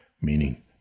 meaning